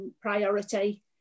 priority